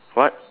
what